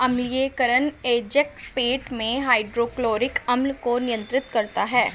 अम्लीयकरण एजेंट पेट में हाइड्रोक्लोरिक अम्ल को नियंत्रित करता है